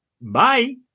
Bye